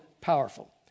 powerful